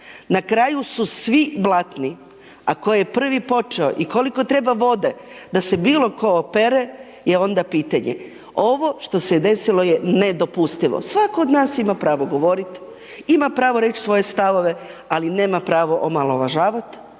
na kraju su svi blatni, a tko je prvi počeo i koliko treba vode da se bilo tko opere je onda pitanje. Ovo što se desilo je nedopustivo. Svatko od nas ima pravo govorit, ima pravo reć svoje stavove, ali nema pravo omaložavat,